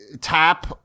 tap